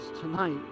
tonight